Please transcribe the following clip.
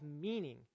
meaning